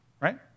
right